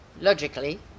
logically